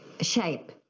shape